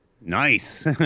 Nice